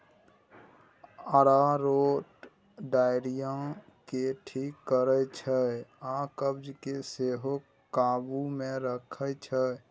अरारोट diarrhoea केँ ठीक करै छै आ कब्ज केँ सेहो काबु मे रखै छै